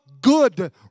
good